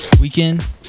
weekend